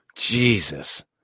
Jesus